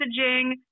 messaging